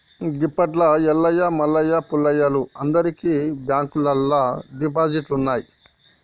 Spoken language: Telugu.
గిప్పట్ల ఎల్లయ్య మల్లయ్య పుల్లయ్యలు అందరికి బాంకుల్లల్ల డిపాజిట్లున్నయ్